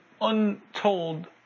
untold